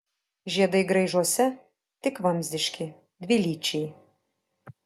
žiedai graižuose tik vamzdiški dvilyčiai